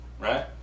Right